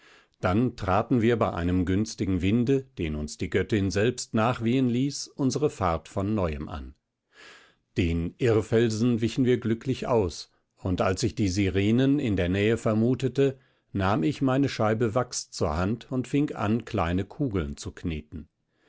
dann traten wir bei einem günstigen winde den uns die göttin selbst nachwehen ließ unsere fahrt von neuem an den irrfelsen wichen wir glücklich aus und als ich die sirenen in der nähe vermutete nahm ich meine scheibe wachs zur hand und fing an kleine kugeln zu kneten